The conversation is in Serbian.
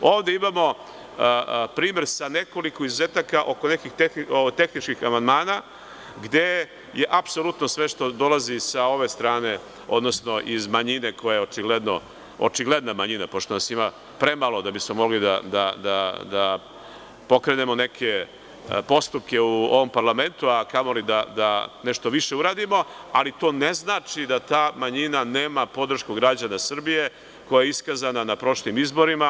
Ovde imamo primer sa nekoliko izuzetaka oko tehničkih amandmana gde je apsolutno sve što dolazi sa ove strane, odnosno iz manjine koja je očigledna manjina, pošto nas ima premalo da bismo mogli da pokrenemo neke postupke u ovom parlamentu, a kamoli da nešto više uradimo, ali to ne znači da ta manjina nema podršku građana Srbije koja je iskazana na prošlim izborima.